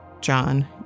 John